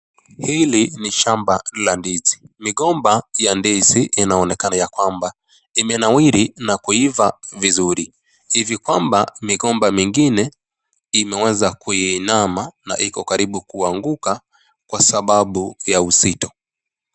Hii ni shamba la ndizi, migomba yA ndizi linaonekana ya kwamba imenawiri na kuiva vizuri ,hivi kwamba migomba mengine imeweza kuinama na iko karibu kuanguka Kwa sababu ya uzito